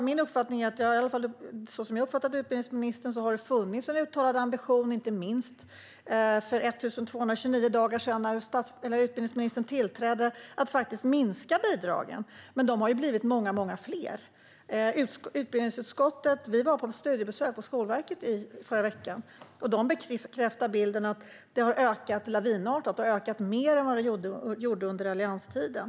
Så som jag har uppfattat utbildningsministern har det funnits en uttalad ambition - inte minst för 1 229 dagar sedan när utbildningsministern tillträdde - att minska bidragen. Men de har ju blivit många fler. Vi i utbildningsutskottet var på studiebesök hos Skolverket i förra veckan. Där bekräftar man bilden av att statsbidragen har ökat lavinartat, mer än vad de gjorde under allianstiden.